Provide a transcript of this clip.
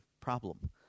problem